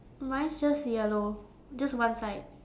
mine's just yellow just one side